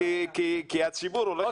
נכון, כי הציבור הולך יותר ללמוד לתואר ראשון.